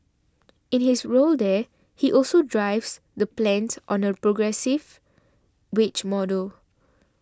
in his role there he also drives the plans on a progressive wage model